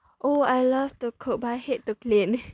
oh I love to cook but I hate to clean